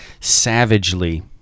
savagely